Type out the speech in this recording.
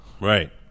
Right